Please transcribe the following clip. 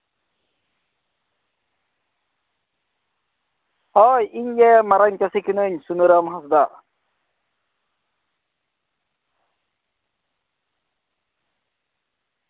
ᱦᱳᱭ ᱤᱧ ᱜᱮ ᱢᱟᱨᱟᱝ ᱪᱟᱹᱥᱤ ᱠᱟᱹᱱᱟᱹᱧ ᱥᱩᱱᱟᱹᱨᱟᱢ ᱦᱟᱸᱥᱫᱟ